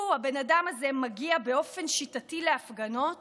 הוא, האדם הזה, מגיע באופן שיטתי להפגנות